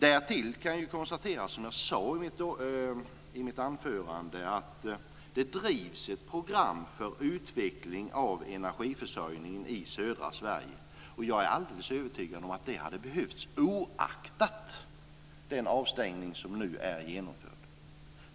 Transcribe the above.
Därtill kan jag konstatera, som jag sade i mitt huvudanförande, att det drivs ett program för utveckling av energiförsörjningen i södra Sverige. Jag är alldeles övertygad om att detta hade behövts oaktat den avstängning som nu är genomförd.